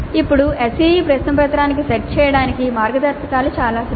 ఇప్పుడు SEE ప్రశ్నపత్రాన్ని set చేయడానికి మార్గదర్శకాలు చాలా సులభం